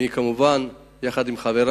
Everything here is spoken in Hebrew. אני, כמובן, יחד עם חברי,